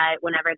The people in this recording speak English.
whenever